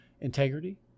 integrity